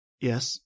Yes